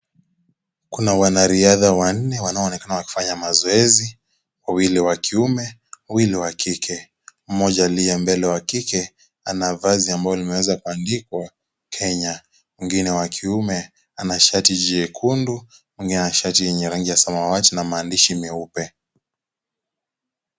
Kuna wanariadha wanne wanaoonekana wakifanya mazoezi, wawili wa kiume wawili wa kike, . mmoja aliye mbele wa kike ana vazi ambalo limeweza kuandikwa Kenya , mwingine wa kiume ana shati jekundu mwingine an shati yenye rangi ya samawati na maandishi meupe.